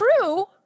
true